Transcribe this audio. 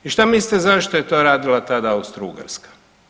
I što mislite zašto je to radila tada Austro-ugarska?